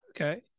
Okay